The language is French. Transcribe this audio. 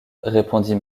répondit